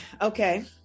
okay